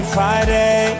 Friday